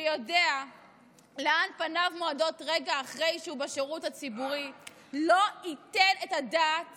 שיודע לאן פניו מועדות רגע אחרי שהוא בשירות הציבורי לא ייתן את הדעת